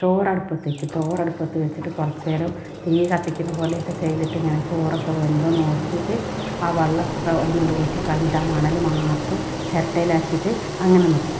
ചോറടുപ്പത്തു വെയ്ക്കും ചോറടുപ്പത്തു വെച്ചിട്ട് കുറച്ചു നേരം തീ കത്തിക്കുന്ന പോലെയൊക്കെ ചെയ്തിട്ട് ഞാൻ ചോറൊക്കെ വെന്തോയെന്നു നോക്കിയിട്ട് ആ വള്ളമൊക്കെ അതീന്നങ്ങടൂറ്റി കളഞ്ഞിട്ടാണ് മണൽ മാത്രം ചിരട്ടയിലാക്കിയിട്ട് അങ്ങനെ നിൽക്കും